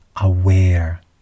aware